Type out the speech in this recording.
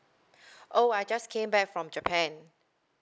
oh I just came back from japan